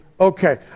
okay